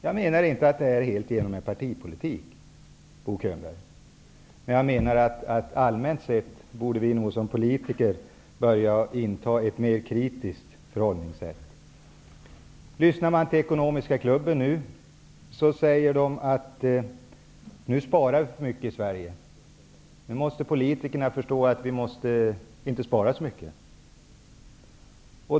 Jag menar inte att det helt beror på er partipolitik, Bo Könberg, men jag menar att allmänt sett borde vi nog som politiker börja inta ett mer kritiskt förhållningssätt. Lyssnar man till Ekonomiska klubben får man höra dem säga att vi nu sparar för mycket i Sverige. Nu måste politikerna förstå att vi inte bör spara så mycket.